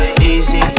easy